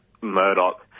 Murdoch